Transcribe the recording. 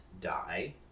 die